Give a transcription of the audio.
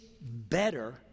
better